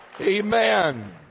Amen